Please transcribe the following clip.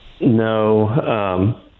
No